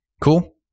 cool